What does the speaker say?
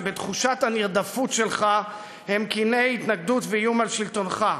שבתחושת הנרדפות שלך הם קני התנגדות ואיום על שלטונך: